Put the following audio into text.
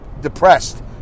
depressed